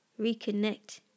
reconnect